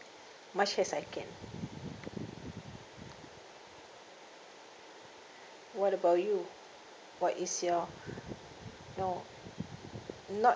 much as I can what about you what is your no not